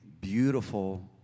beautiful